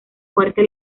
fuerte